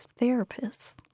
therapists